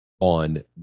on